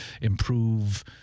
improve